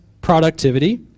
productivity